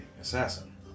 assassin